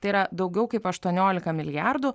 tai yra daugiau kaip aštuoniolika milijardų